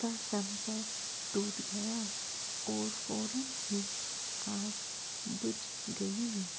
کا سمپرک ٹوٹ گیا اور فورا ہی آگ بجھ گئی